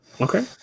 Okay